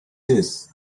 this